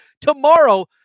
tomorrow